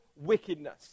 wickedness